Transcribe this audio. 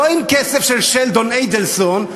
לא עם כסף של שלדון אידלסון,